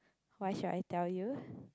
why should I tell you